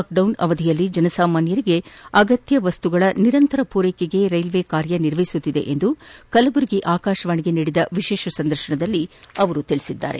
lockdown ಅವಧಿಯಲ್ಲಿ ಜನಸಾಮಾನ್ಥರಿಗೆ ಅಗತ್ಯ ವಸ್ತುಗಳ ನಿರಂತರ ಪೂರೈಕೆಗೆ ರೈಲ್ವೆ ಕಾರ್ಯನಿರ್ವಸುತ್ತಿದೆ ಎಂದು ಕಲಬುರಗಿ ಆಕಾಶವಾಣಿಗೆ ನೀಡಿದ ವಿಶೇಷ ಸಂದರ್ಶನದಲ್ಲಿ ಅವರು ತಿಳಿಸಿದ್ದಾರೆ